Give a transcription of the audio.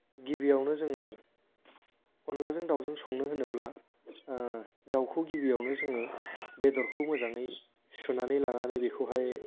गिबियावनो जोङो अनलाजों दाउजों संनो होनोब्ला दाउखौ गिबियावनो जोङो बेदरखौ मोजाङै सुनानै लानानै बेखौहाय